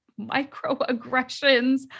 microaggressions